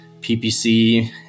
PPC